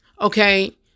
okay